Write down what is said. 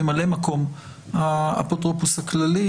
מ"מ האפוטרופוס הכללי,